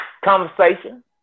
Conversation